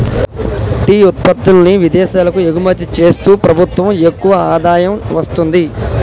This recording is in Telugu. టీ ఉత్పత్తుల్ని విదేశాలకు ఎగుమతి చేస్తూ ప్రభుత్వం ఎక్కువ ఆదాయం వస్తుంది